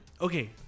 okay